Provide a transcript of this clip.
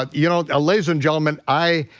but you know, ladies and gentlemen, i,